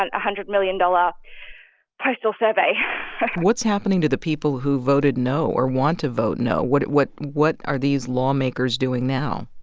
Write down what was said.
and a one hundred million dollars postal survey what's happening to the people who voted no or want to vote no? what what what are these lawmakers doing now?